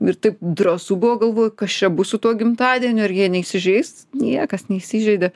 ir taip drąsu buvo galvoju kas čia bus su tuo gimtadieniu ar jie neįsižeis niekas neįsižeidė